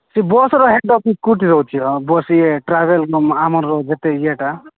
ସେ ବସ୍ର head office କେଉଁଠି ରହୁଛି ବସ୍ ଇଏ ଟ୍ରାଭେଲ୍ ଆମର ଯେତେ ଇଏଟା